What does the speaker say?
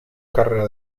carrera